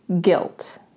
guilt